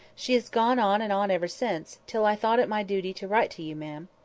she has gone on and on ever since, till i thought it my duty to write to you, ma'am.